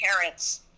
parents